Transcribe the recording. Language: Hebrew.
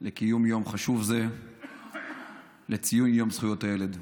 קיום יום חשוב זה לציון זכויות הילד.